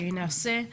נעשה.